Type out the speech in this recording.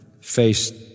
faced